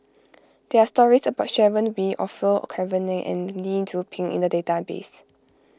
there are stories about Sharon Wee Orfeur Cavenagh and Lee Tzu Pheng in the database